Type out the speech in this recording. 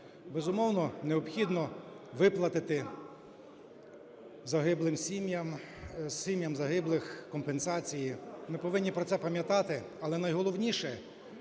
Безумовно, необхідно виплатити загиблим сім'ям, сім'ям загиблих компенсації. Ми повинні про це пам'ятати. Але найголовніше,